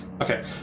Okay